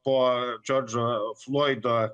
po džordžo floido